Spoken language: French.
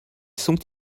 sont